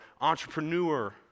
entrepreneur